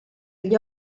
gli